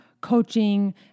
coaching